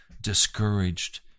discouraged